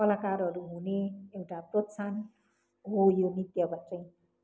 कलाकारहरू हुने एउटा प्रोत्साहन हो यो नृत्यबाटै